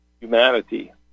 humanity